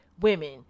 women